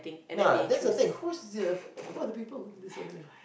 ya that's the thing who's the who are the people this organisation